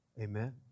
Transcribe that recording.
Amen